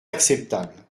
acceptable